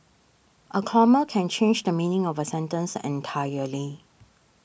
a comma can change the meaning of a sentence entirely